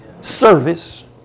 Service